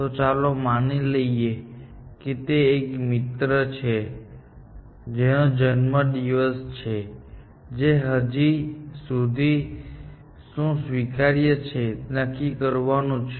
તો ચાલો માની લઈએ કે તે એક મિત્ર છે જેનો જન્મદિવસ છે જે હજી સુધી છે શું સ્વીકાર્ય છે તે નક્કી કરવાનું છે